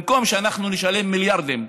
במקום שאנחנו נשלם מיליארדים,